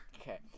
okay